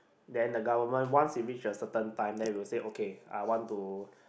then the government once it reach a certain time then it will say okay I want to